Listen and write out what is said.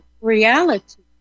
reality